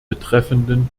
betreffenden